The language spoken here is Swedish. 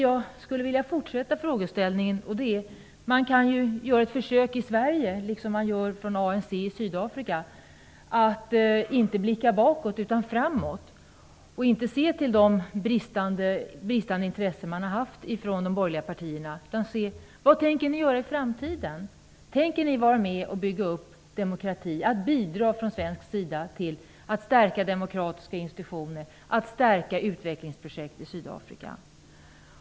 Jag vill fortsätta mitt resonemang med att vi i Sverige, liksom man i ANC gör i Sydafrika, kan försöka att inte blicka bakåt utan framåt och inte se till det bristande intresse som har funnits hos de borgerliga partierna. Vi måste fråga: Vad tänker ni göra i framtiden? Tänker ni vara med och bygga upp demokrati? Tänker ni bidra till att Sverige stärker demokratiska institutioner och utvecklingsprojekt i Sydafrika?